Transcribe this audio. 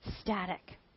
static